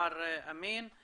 מר אמין.